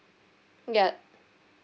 ya